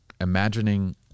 Imagining